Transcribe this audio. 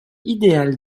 idéal